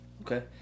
Okay